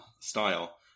style